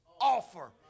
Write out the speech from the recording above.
offer